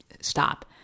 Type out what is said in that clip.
Stop